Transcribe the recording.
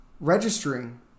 registering